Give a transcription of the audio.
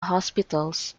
hospitals